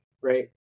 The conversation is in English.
right